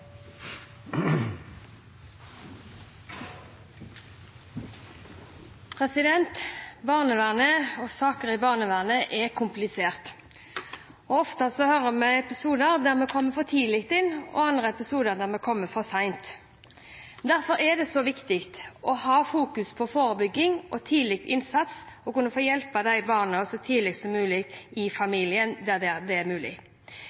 i barnevernet er komplisert. Ofte hører vi om episoder der vi kommer for tidlig inn og om andre episoder der vi kommer for sent. Derfor er det så viktig å fokusere på forebygging og tidlig innsats for å kunne få hjulpet barna så tidlig som mulig i familien der det er mulig.